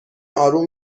آروم